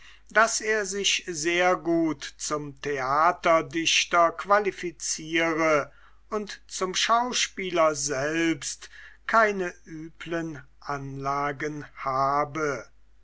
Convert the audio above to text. daß er sich sehr gut zum theaterdichter qualifiziere und zum schauspieler selbst keine üblen anlagen habe